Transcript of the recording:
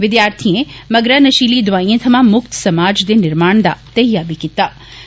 विद्यार्थिएं मगरा नषीली दवाइएं थमां मुक्त समाज' दे निर्माण दा धैइया बी कीत्ता